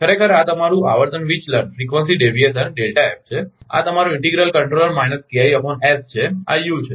ખરેખર આ તમારું આવર્તન વિચલન ફ્રિકવંસી ડેવીએશન છે અને આ તમારો ઇન્ટિગ્રલ કંટ્રોલર છે આ u છે